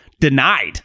denied